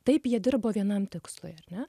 taip jie dirbo vienam tikslui ar ne